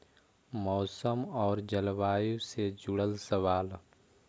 मौसम और जलवायु से जुड़ल सवाल?